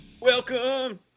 welcome